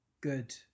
good